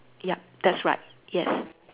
yup that's right yes